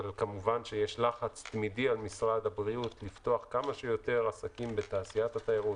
יש לחץ תמידי על משרד הבריאות לפתוח כמה שיותר עסקים בתעשיית התיירות,